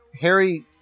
Harry